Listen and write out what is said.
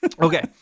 Okay